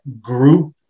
group